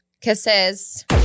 Kisses